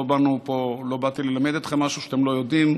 לא באתי ללמד אתכם משהו שאתם לא יודעים,